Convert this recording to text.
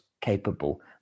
capable